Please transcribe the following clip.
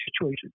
situation